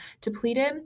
depleted